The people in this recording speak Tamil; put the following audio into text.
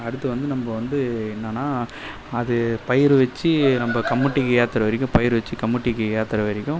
அடுத்து வந்து நம்ப வந்து என்னான்னா அது பயிர் வச்சு நம்ப கமுட்டிக்கு ஏற்றுற வரைக்கும் பயிர் வச்சு கமுட்டிக்கி ஏற்றுற வரைக்கும்